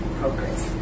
progress